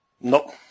No